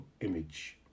image